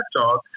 Talk